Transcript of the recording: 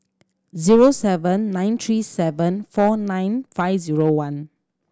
zero seven nine three four nine five zero one